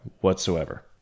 whatsoever